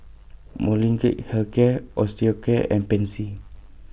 Molnylcke Health Care Osteocare and Pansy